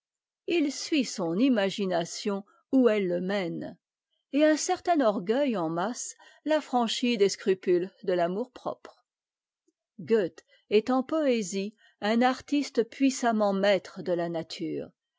u suit son imagination ottr e ie ie mène et un'certainlorgueii en massë t'aiïranchit des scrupules de tamoùr propre goethe est en poésie un artiste puissamment maître de ta nature